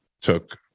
took